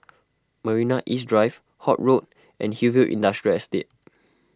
Marina East Drive Holt Road and Hillview Industrial Estate